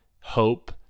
hope